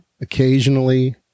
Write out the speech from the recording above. occasionally